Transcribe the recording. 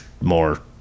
more